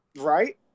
Right